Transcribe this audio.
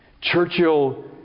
Churchill